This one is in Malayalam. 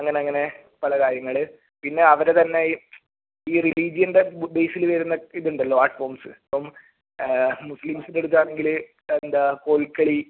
അങ്ങനെയങ്ങനെ പലകാര്യങ്ങൾ പിന്നെ അവരുടെ തന്നെ ഈ ഈ റിലീജിയൻ്റെ ബേസിൽ വരുന്ന ഇതുണ്ടല്ലോ ആർട്ട് ഫോംസ് ഇപ്പം മുസ്ലിംസിൻ്റെ അടുത്താണെങ്കിൽ എന്താണ് കോൽക്കളി